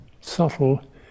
subtle